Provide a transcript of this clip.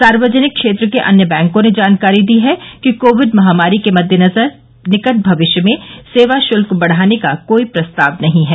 सार्वजनिक क्षेत्र के अन्य बैंकों ने जानकारी दी है कि कोविड महामारी के मद्देनजर निकट भविष्य में सेवा शुल्क बढ़ाने का कोई प्रस्ताव नहीं है